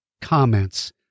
comments